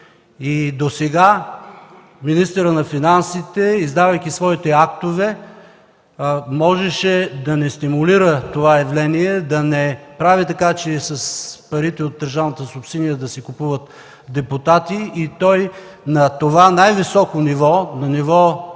И досега министърът на финансите, издавайки своите актове, можеше да не стимулира това явление, да не прави така, че с парите от държавната субсидия да се купуват депутати. И той на това най-високо ниво – на ниво